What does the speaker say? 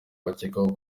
bakekwaho